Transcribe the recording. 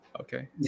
okay